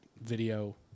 video